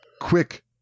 quick